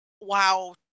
wow